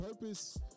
purpose